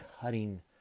cutting